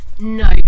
No